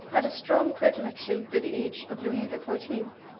had a strong predilection for the age of louis the fourteenth.